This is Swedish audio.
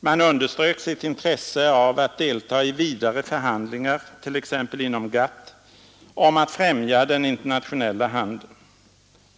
Man underströk sitt intresse av att deltaga i vidare förhandlingar, t.ex. inom GATT, om att främja den internationella handeln.